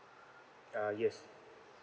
uh yes